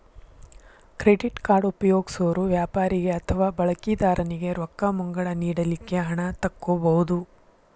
credit card ಉಪಯೊಗ್ಸೊರು ವ್ಯಾಪಾರಿಗೆ ಅಥವಾ ಬಳಕಿದಾರನಿಗೆ ರೊಕ್ಕ ಮುಂಗಡ ನೇಡಲಿಕ್ಕೆ ಹಣ ತಕ್ಕೊಬಹುದು